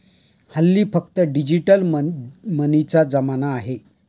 हल्ली फक्त डिजिटल मनीचा जमाना आहे